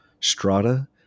Strata